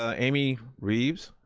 ah amy reeves.